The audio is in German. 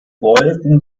wolken